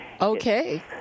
Okay